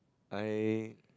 I